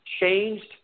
changed